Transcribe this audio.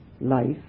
life